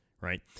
right